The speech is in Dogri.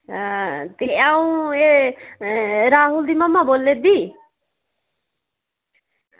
अ'ऊं एह् राहुल दी मम्मा बोला दी